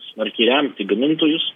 smarkiai remti gamintojus